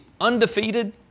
undefeated